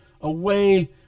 away